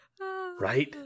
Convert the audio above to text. Right